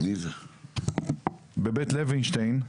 בבית לוינשטיין.